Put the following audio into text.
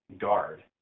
guard